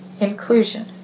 inclusion